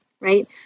right